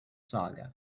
saga